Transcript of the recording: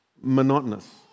monotonous